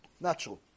natural